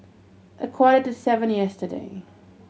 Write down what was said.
a quarter to seven yesterday